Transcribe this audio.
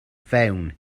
fewn